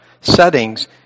settings